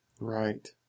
Right